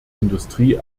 industrie